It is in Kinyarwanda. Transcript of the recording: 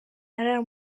arara